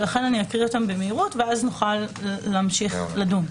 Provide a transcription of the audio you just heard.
לכן אני אקרא אותם במהירות ואז נוכל להמשיך לדון.